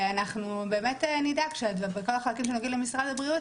אנחנו באמת נדאג שכל החלקים שנוגעים למשרד הבריאות,